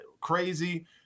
crazy